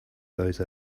those